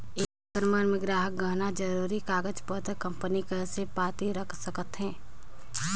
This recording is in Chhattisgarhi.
ये लॉकर मन मे गराहक गहना, जरूरी कागज पतर, कंपनी के असे पाती रख सकथें